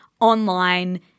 online